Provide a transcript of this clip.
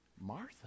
martha